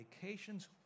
vacations